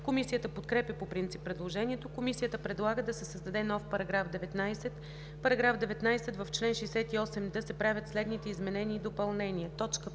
Комисията подкрепя по принцип предложението. Комисията предлага да се създаде нов § 19: „§ 19. В чл. 68д се правят следните изменения и допълнения: